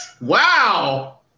Wow